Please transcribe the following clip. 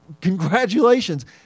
congratulations